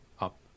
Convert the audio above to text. up